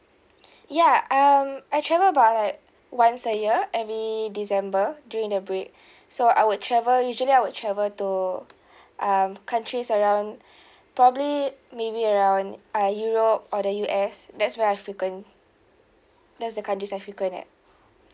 ya um I travel about like once a year every december during the break so I would travel usually I would travel to um countries around probably maybe around uh europe or the U_S that's where I frequent that's the countries I frequent at